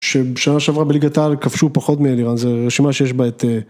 שבשנה שעברה בליגת העל כבשו פחות מאלירן זה רשימה שיש בה את